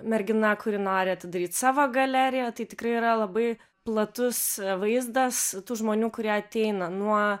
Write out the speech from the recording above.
mergina kuri nori atidaryt savo galeriją tai tikrai yra labai platus vaizdas tų žmonių kurie ateina nuo